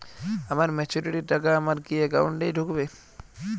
আমার ম্যাচুরিটির টাকা আমার কি অ্যাকাউন্ট এই ঢুকবে?